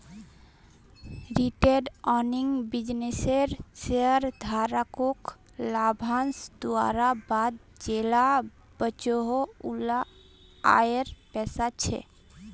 retained earning बिज्नेसेर शेयरधारकोक लाभांस दुआर बाद जेला बचोहो उला आएर पैसा छे